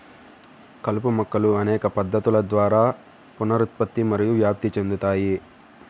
కలుపు మొక్కలు అనేక పద్ధతుల ద్వారా పునరుత్పత్తి మరియు వ్యాప్తి చెందుతాయి